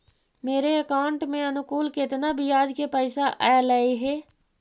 मेरे अकाउंट में अनुकुल केतना बियाज के पैसा अलैयहे?